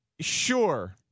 sure